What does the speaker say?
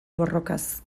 borrokaz